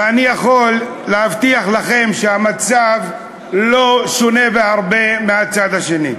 ואני יכול להבטיח לכם שהמצב לא שונה בהרבה בצד השני.